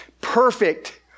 perfect